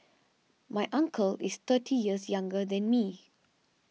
my uncle is thirty years younger than me